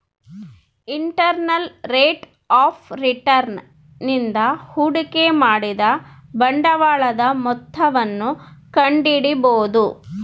internal rate of return ನಿಂದ ಹೂಡಿಕೆ ಮಾಡಿದ ಬಂಡವಾಳದ ಮೊತ್ತವನ್ನು ಕಂಡಿಡಿಬೊದು